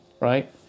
right